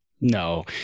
no